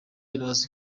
iraza